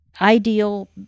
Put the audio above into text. ideal